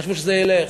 וחשבו שזה ילך.